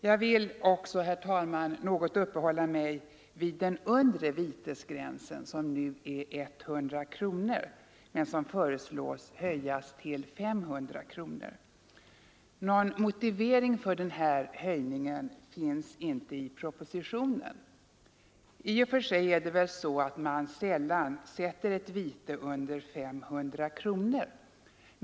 Jag vill också, herr talman, något uppehålla mig vid den undre vitesgränsen som nu är 100 kronor men som föreslås bli höjd till 500 kronor. Någon motivering för den föreslagna höjningen finns inte i propositionen. Det torde vara sällan som ett vite sättes till under 500 kronor.